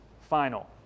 final